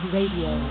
Radio